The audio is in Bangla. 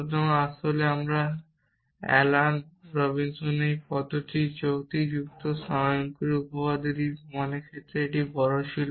সুতরাং আসলে অ্যালান রবিনসনের এই পদ্ধতিটি যৌক্তিক যুক্তি স্বয়ংক্রিয় উপপাদ্য প্রমাণের ক্ষেত্রে একটি বড় ছিল